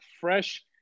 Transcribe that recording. fresh